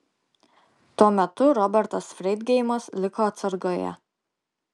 tuo metu robertas freidgeimas liko atsargoje